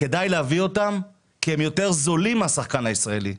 כדאי להביא אותם כי הם יותר זולים מהשחקן הישראלי,